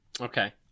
okay